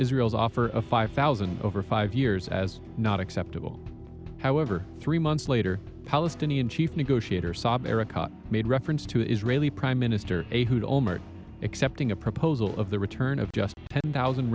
israel's offer of five thousand over five years as not acceptable however three months later palestinian chief negotiator saeb erekat made reference to israeli prime minister a hoot almer accepting a proposal of the return of just ten thousand